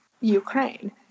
Ukraine